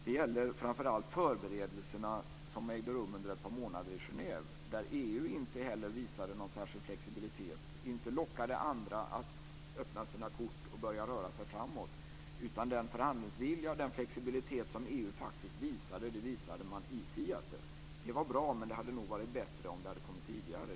Det gäller framför allt de förberedelser som ägde rum under ett par månader i Genève där inte heller EU visade någon särskild flexibilitet och inte lockade andra att öppna sina kort och röra sig framåt. Den förhandlingsvilja och den flexibilitet som EU faktiskt visade, den visade man i Seattle. Det var bra, men det hade nog varit bättre om den hade kommit tidigare.